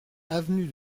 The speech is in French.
avenue